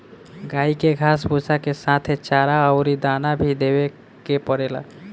गाई के घास भूसा के साथे चारा अउरी दाना भी देवे के पड़ेला